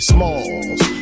Smalls